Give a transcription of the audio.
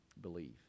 believe